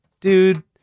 dude